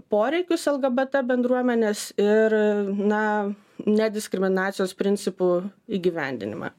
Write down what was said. poreikius lgbt bendruomenės ir na nediskriminacijos principų įgyvendinimą